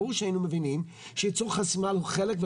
ברור שהיינו מבינים שייצור חשמל הוא חלק,